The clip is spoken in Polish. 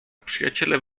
przyjaciele